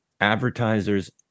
advertisers